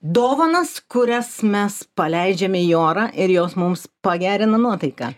dovanas kurias mes paleidžiame į orą ir jos mums pagerina nuotaiką